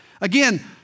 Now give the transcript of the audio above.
Again